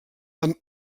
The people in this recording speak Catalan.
amb